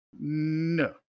No